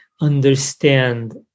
understand